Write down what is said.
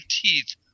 teeth